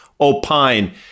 opine